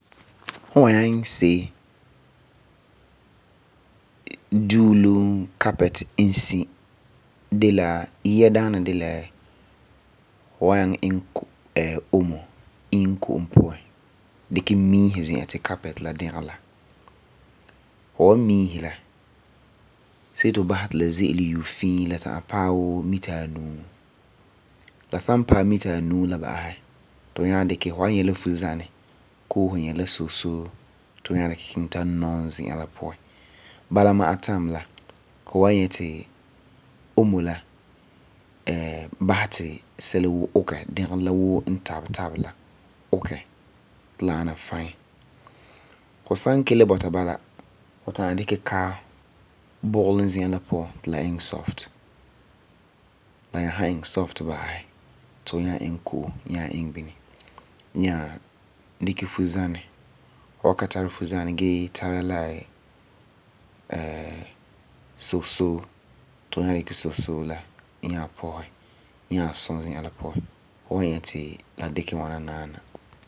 Hum wa nyaŋɛ iŋɛ se'em duulum carpet n si de la, yia daana de la fu wan nyaŋɛ iŋɛ ko'om miise zi'an ti carpet la dɛge la. Fu san miisera, see ti basɛ ti la ze'ele yue fii. La ta'am paɛ wuu mita anuu. La san paɛ mita anuu la ba'asɛ ti fu nyaa dikɛ fuzanɛ koo fu nyɛ la soosoo ti fu nyaa dikɛ kiŋɛ ta num zi'an la puan, bala ma'a time la, fu wan nyɛ ti sɛla woo ukɛ. Fu san kele bɔta bala la, fu ta'am dikɛ kaam bugelum zi'an la puan ti la iŋɛ soft. La nyaa san iŋɛ soft ba'asɛ tu hu nyaa iŋɛ ko'om bii fu san tara la soosoo nyaa pɔsɛ nyaa so zi'an la puan. Hu wan nyɛ ti la dikɛ ŋwana naana.